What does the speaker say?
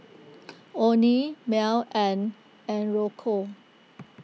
Onie Mell and Anrico